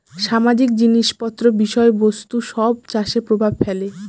সামাজিক জিনিস পত্র বিষয় বস্তু সব চাষে প্রভাব ফেলে